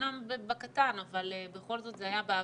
אמנם בקטן, אבל בכל זאת זה היה באוויר,